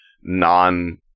non